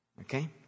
Okay